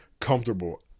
comfortable